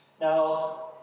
Now